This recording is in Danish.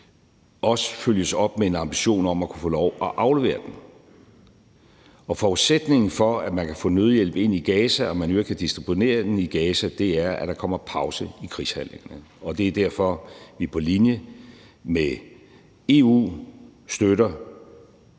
også følges op af en ambition om at kunne få lov at aflevere den. Forudsætningen for, at man kan få nødhjælp ind i Gaza, og at man i øvrigt kan distribuere den i Gaza, er, at der kommer pauser i krigshandlingerne, og det er derfor, vi på linje med EU støtter